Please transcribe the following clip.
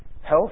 Health